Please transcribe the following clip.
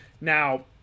Now